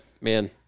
man